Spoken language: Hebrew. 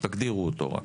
רק תגדירו אותו.